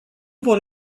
vor